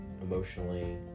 emotionally